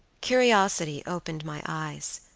curiosity opened my eyes,